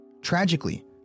Tragically